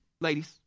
ladies